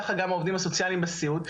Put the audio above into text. ככה גם העובדים סוציאליים בסיעוד,